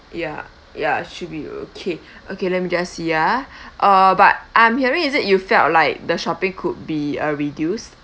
ya ya should be okay okay let me just see ah uh but I'm hearing is it you felt like the shopping could be uh reduced